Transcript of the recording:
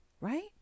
Right